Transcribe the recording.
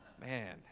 Man